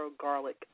garlic